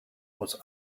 was